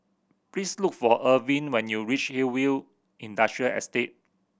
please look for Irvin when you reach Hillview Industrial Estate